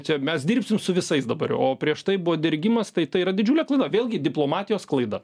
čia mes dirbsim su visais dabar jau o prieš tai buvo dergimas tai tai yra didžiulė klaida vėlgi diplomatijos klaida